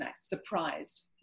surprised